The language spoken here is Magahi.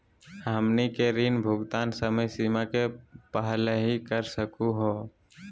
हमनी के ऋण भुगतान समय सीमा के पहलही कर सकू हो?